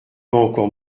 encore